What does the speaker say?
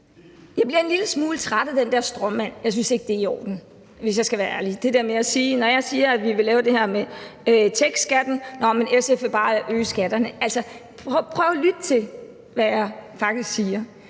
Jeg bliver en lille smule træt af den der stråmand. Jeg synes ikke, det er i orden, hvis jeg skal være ærlig, altså det der med at sige, når jeg siger, at vi vil lave det her med techskatten: Nå, men SF vil bare øge skatterne. Altså, prøv at lytte til, hvad jeg faktisk siger.